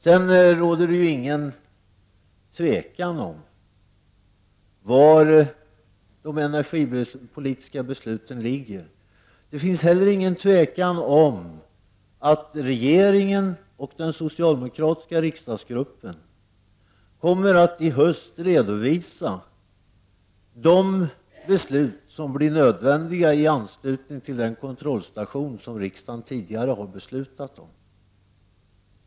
Det råder ingen tvekan om var de energipolitiska besluten ligger. Det finns heller inget tvivel om att regeringen och den socialdemokratiska riks dagsgruppen i höst kommer att redovisa de beslut som blir nödvändiga i anslutning till den kontrollstation som riksdagen tidigare har beslutat om.